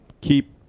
keep